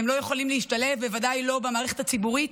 הם לא יכולים להשתלב, בוודאי לא במערכת הציבורית,